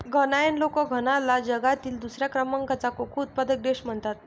घानायन लोक घानाला जगातील दुसऱ्या क्रमांकाचा कोको उत्पादक देश म्हणतात